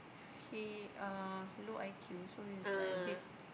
he uh low I_Q so he's like a bit